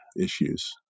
issues